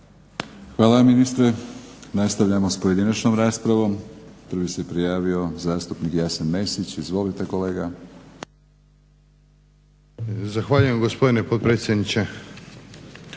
Hvala ministre. Nastavljamo s pojedinačnom raspravom. Prvi se prijavio zastupnik Jasen Mesić. Izvolite kolega. **Mesić, Jasen (HDZ)** Zahvaljujem gospodine potpredsjedniče.